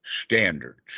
standards